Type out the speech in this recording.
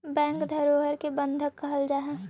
bank धरोहर के बंधक कहल जा हइ